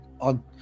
on